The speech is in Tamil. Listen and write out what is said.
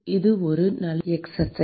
இது ஒரு நல்ல பயிற்சி